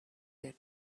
their